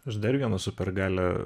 aš dar vieną supergalią